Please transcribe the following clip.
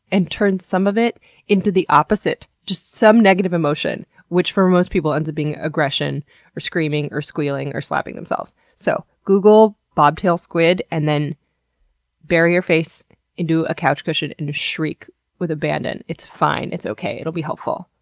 and turns some of it into the opposite, some negative emotion, which for most people ends up being aggression or screaming or squealing or slapping themselves. so, google bobtail squid and then bury your face into a couch cushion and shriek with abandon, its fine. it's okay. it'll be helpful.